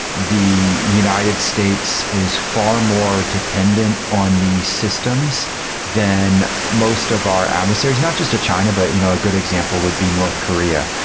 the united states is far more dependent on the systems than most of our adversaries, not just a china, but you know a good example would be north korea.